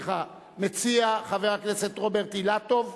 מציע חבר הכנסת רוברט אילטוב.